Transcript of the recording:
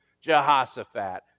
Jehoshaphat